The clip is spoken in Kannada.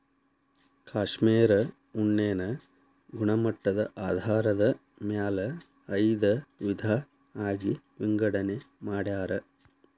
ಕಾಶ್ಮೇರ ಉಣ್ಣೆನ ಗುಣಮಟ್ಟದ ಆಧಾರದ ಮ್ಯಾಲ ಐದ ವಿಧಾ ಆಗಿ ವಿಂಗಡನೆ ಮಾಡ್ಯಾರ